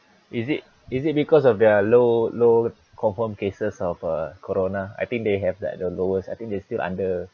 is it is it because of their low low confirmed cases of uh corona I think they have that the lowest I think they still under